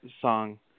song